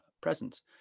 presence